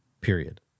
period